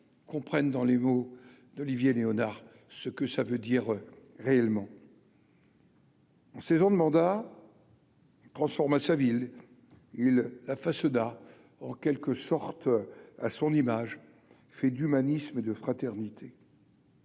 prenne dans les mots d'Olivier Léonard ce que ça veut dire réellement. Saison 2 mandats. Transforma sa ville, il la fasse a en quelque sorte à son image fait d'humanisme et de fraternité.